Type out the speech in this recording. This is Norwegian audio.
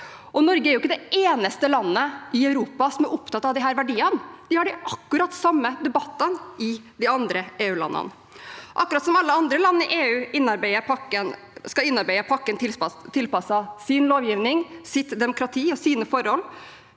heller ikke det eneste landet i Europa som er opptatt av disse verdiene. De har akkurat de samme debattene i EUlandene. Akkurat som alle land i EU skal innarbeide pakken tilpasset sin lovgivning, sitt demokrati og sine forhold,